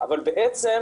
אבל הבדיקות,